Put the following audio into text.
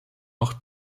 noch